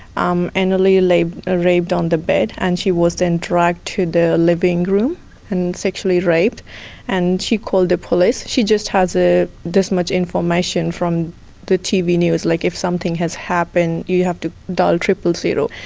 um anally like ah raped on the bed and she was then dragged to the living room and sexually raped and she called the police, she just has ah this much information from the tv news like if something has happened you have to dial triple zero.